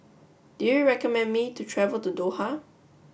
do you recommend me to travel to Doha